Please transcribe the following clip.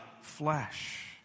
flesh